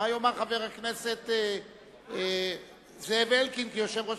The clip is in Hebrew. מה יאמר חבר הכנסת זאב אלקין כיושב-ראש